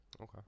Okay